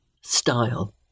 style